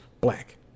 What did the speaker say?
black